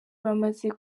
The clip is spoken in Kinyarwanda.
bamaze